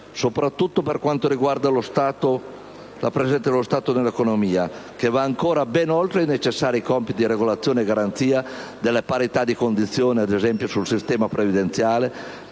soprattutto per quanto riguarda la presenza dello Stato nell'economia, che va ancora ben oltre i necessari compiti di regolazione e garanzia della parità di condizioni del sistema previdenziale,